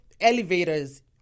elevators